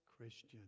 Christian